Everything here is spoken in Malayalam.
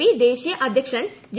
പി ദേശീയ അധ്യക്ഷൻ ജെ